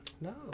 No